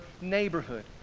neighborhood